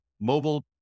mobile